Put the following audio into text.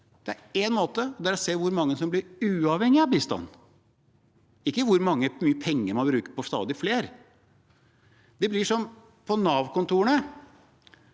bistanden på, og det er å se hvor mange som blir uavhengige av bistand, ikke hvor mye penger man bruker på stadig flere. Det blir som på Nav-kontorene: